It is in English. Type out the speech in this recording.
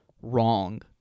wrong